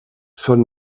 són